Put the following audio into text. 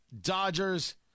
Dodgers